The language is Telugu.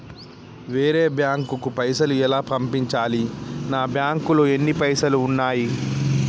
వేరే బ్యాంకుకు పైసలు ఎలా పంపించాలి? నా బ్యాంకులో ఎన్ని పైసలు ఉన్నాయి?